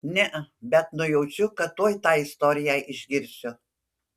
ne bet nujaučiu kad tuoj tą istoriją išgirsiu